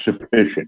sufficient